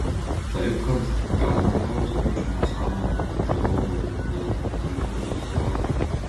taip kad gal netauzykit čia nesąmonių žinovai blet holivudo atsirado